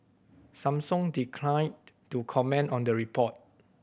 Samsung declined to comment on the report